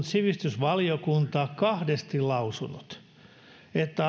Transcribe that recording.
sivistysvaliokunta kahdesti lausunut että